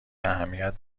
اهمیت